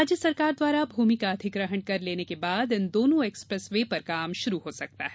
राज्य सरकार द्वारा भूमि का अधिग्रहण कर लेने के बाद इन दोनों एक्सप्रेस वे पर काम शुरू हो सकता है